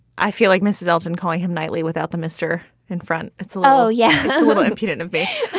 i feel like mrs elton calling him nightly without the mister in front it's low. yeah, a little impudent a bit.